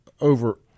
over